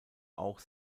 auch